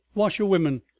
washerwomen,